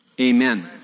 amen